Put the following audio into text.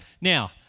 Now